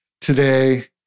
today